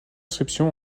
inscription